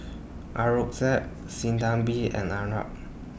Aurangzeb Sinnathamby and Arnab